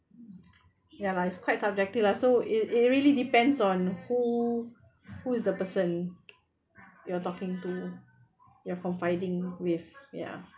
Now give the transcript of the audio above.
ya lah it's quite subjective lah so it it really depends on who who is the person you're talking to you're confiding with ya